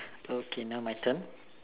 okay now my turn